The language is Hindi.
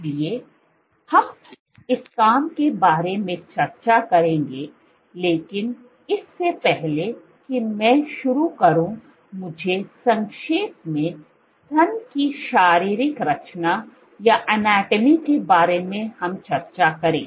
इसलिए हम इस काम के बारे में चर्चा करेंगे लेकिन इससे पहले कि मैं शुरू करूं मुझे संक्षेप में स्तन की शारीरिक रचना के बारे में चर्चा करें